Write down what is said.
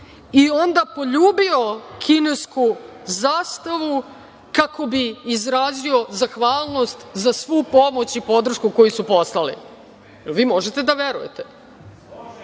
i onda poljubio kinesku zastavu kako bi izrazio zahvalnosti za svu pomoć i podršku koju su poslali. Da li vi možete da verujete? Kada